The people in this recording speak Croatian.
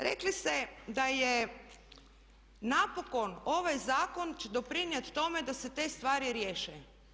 Rekli ste da napokon ovaj zakon će doprinijeti tome da se te stvari riješe.